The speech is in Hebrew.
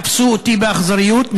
תפסו אותי באכזריות,